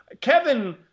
Kevin –